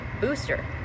booster